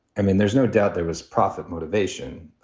i mean, there's no doubt there was profit motivation.